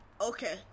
okay